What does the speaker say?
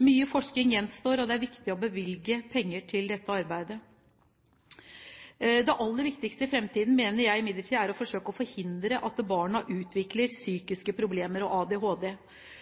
Mye forskning gjenstår, og det er viktig å bevilge penger til dette arbeidet. Det aller viktigste i fremtiden mener jeg imidlertid er å forsøke å forhindre at barna utvikler psykiske problemer og ADHD.